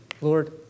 Lord